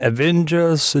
Avengers